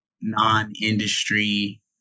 non-industry